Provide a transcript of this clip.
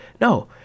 No